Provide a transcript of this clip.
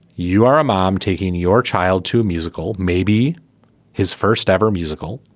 you are a mom taking your child to a musical maybe his first ever musical.